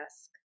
ask